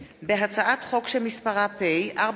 הצעת חוק מס נוסף למטרות